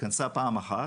התכנסה פעם אחת.